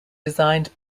designed